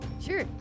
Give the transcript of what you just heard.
Sure